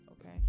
okay